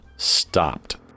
stopped